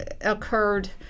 occurred